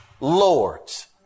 lords